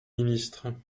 ministre